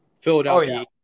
Philadelphia